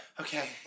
Okay